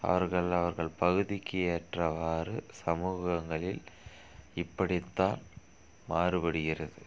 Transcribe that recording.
அவர்கள் அவர்கள் பகுதிக்கு ஏற்றவாறு சமூகங்களில் இப்படி தான் மாறுபடுகிறது